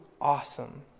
awesome